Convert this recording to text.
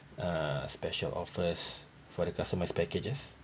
uh special offers for the customised packages